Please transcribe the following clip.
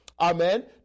Amen